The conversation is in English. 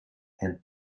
and